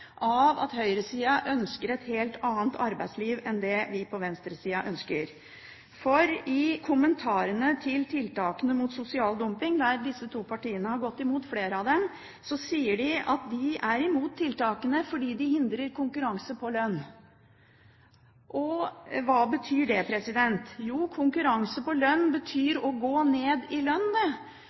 av at høyresida ønsker et helt annet arbeidsliv enn det vi på venstresida ønsker. For i kommentarene til tiltakene mot sosial dumping, og disse to partiene har gått imot flere av dem, sier de at de er imot tiltakene fordi de hindrer konkurranse på lønn. Hva betyr det? Jo, konkurranse på lønn betyr å gå ned i